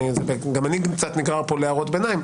גם אנני קצת נגרר כאן להערות ביניים,